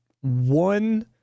one